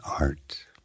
art